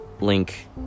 link